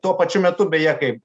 ir tuo pačiu metu beje kaip